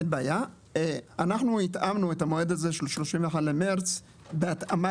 אנחנו התאמנו את המועד של ה-31 במרץ בהתאמה